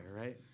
right